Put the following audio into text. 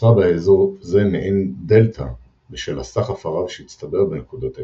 נוצרה באזור זה מעין דלתה בשל הסחף הרב שהצטבר בנקודת ההתפצלות.